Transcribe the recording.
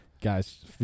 Guys